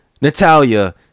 Natalia